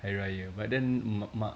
hari raya but then mak mak